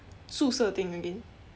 宿舍 thing again